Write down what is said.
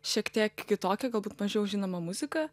šiek tiek kitokią galbūt mažiau žinomą muziką